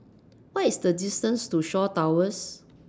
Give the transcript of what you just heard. What IS The distance to Shaw Towers